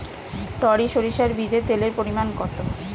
টরি সরিষার বীজে তেলের পরিমাণ কত?